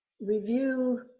review